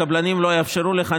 הקבלנים לא יאפשרו לך,